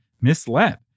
misled